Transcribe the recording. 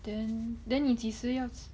then then 你几时要